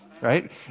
right